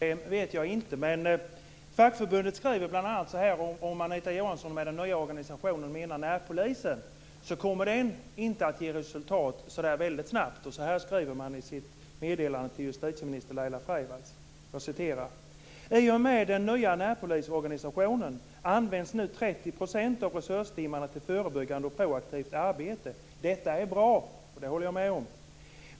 Fru talman! Om det är ett engångsproblem vet jag inte. Om Anita Johansson med den nya organisationen menar närpolisen, menar fackförbundet att den inte kommer att ge resultat så väldigt snabbt. Så här skriver man i sitt meddelande till justitieminister Laila "I och med den nya närpolisorganisationen används nu 30 % av resurstimmarna till förebyggande och proaktivt arbete. Det är bra." Det håller jag med om.